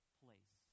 place